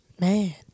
Man